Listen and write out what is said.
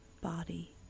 body